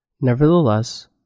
Nevertheless